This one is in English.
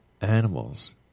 animals